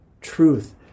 truth